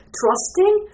trusting